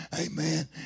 Amen